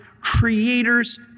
creator's